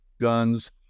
guns